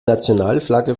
nationalflagge